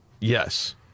Yes